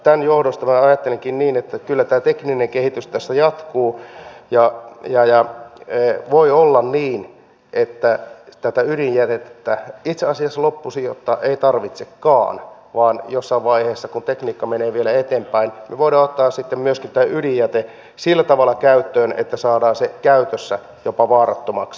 tämän johdosta ajattelenkin niin että kyllä tämä tekninen kehitys tässä jatkuu ja voi olla niin että tätä ydinjätettä itse asiassa loppusijoittaa ei tarvitsekaan vaan jossain vaiheessa kun tekniikka menee vielä eteenpäin voidaan ottaa sitten myöskin tämä ydinjäte sillä tavalla käyttöön että saadaan se käytössä jopa vaarattomaksi